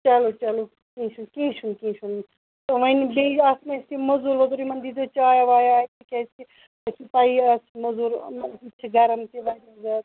چلو چلو کیٚنٛہہ چھُنہٕ کیٚنٛہہ چھُنہٕ کیٚنٛہہ چھُنہٕ تہٕ وۅنۍ بیٚیہِ اَتھ مُزوٗر وُزوٗر یِمَن دی زیٛو چایا وایا اَتہِ کیٛازکہِ تۄہہِ چھو پَیی آز چھِ مزوٗر ٲں چھُ گَرم تہِ واریاہ زیادٕ